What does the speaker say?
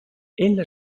ella